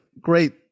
great